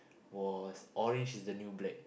was orange is the new black